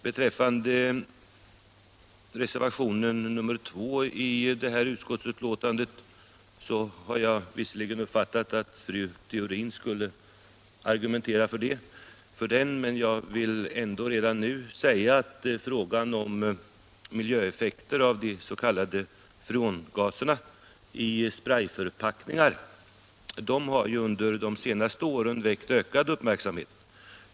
Jag har visserligen uppfattat att fru Theorin skall argumentera för reservationen 2 till utskottsbetänkandet, men jag vill redan nu säga att frågan om miljöeffekter av de s.k. freongaserna i sprayförpackningar under de senaste åren har väckt ökad uppmärksamhet.